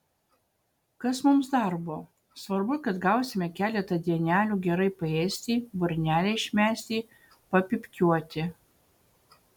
kas mums darbo svarbu kad gausime keletą dienelių gerai paėsti burnelę išmesti papypkiuoti